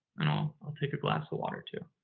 i'll take a glass of water, too.